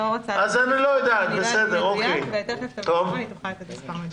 תיכף ד"ר שרון אלרעי פרייס תוכל לומר מספר מדויק.